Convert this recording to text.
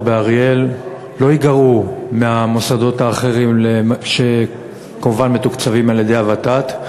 באריאל לא ייגרעו מהמוסדות האחרים שכמובן מתוקצבים על-ידי הוות"ת.